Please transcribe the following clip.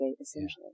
essentially